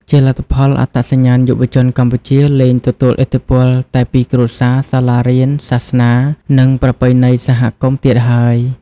ជាលទ្ធផល អត្តសញ្ញាណយុវជនកម្ពុជាលែងទទួលឥទ្ធិពលតែពីគ្រួសារ សាលារៀន សាសនា និងប្រពៃណីសហគមន៍ទៀតហើយ។